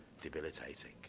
debilitating